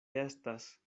estas